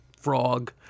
frog